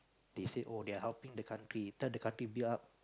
they said oh they're helping the country turn the country build up